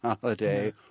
holiday